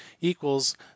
equals